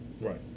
Right